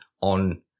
on –